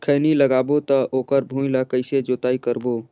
खैनी लगाबो ता ओकर भुईं ला कइसे जोताई करबो?